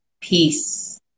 peace